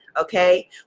okay